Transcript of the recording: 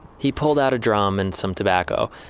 he pulled out a drum and some tobacco.